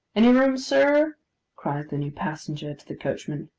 any room, sir cries the new passenger to the coachman.